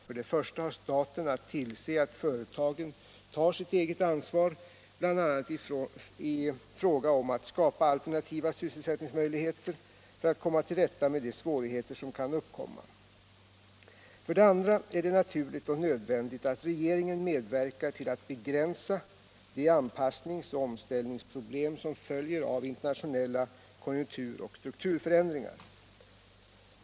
För det första har staten att tillse att företagen tar sitt eget ansvar bl.a. i fråga om att skapa alternativa sysselsättningsmöjligheter för att komma till rätta med de svårigheter som kan uppkomma. För det andra är det naturligt och nödvändigt att regeringen medverkar till att begränsa de anpassnings och omställningsproblem som följer av internationella konjunktur och strukturförändringar.